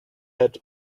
had